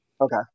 Okay